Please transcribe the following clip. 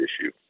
issue